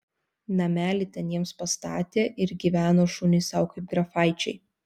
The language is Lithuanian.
namelį ten jiems pastatė ir gyveno šunys sau kaip grafaičiai